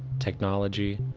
technology,